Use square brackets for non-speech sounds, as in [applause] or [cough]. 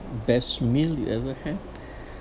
best meal you ever had [breath]